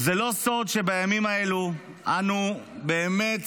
זה לא סוד שבימים האלו אנו באמת